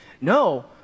No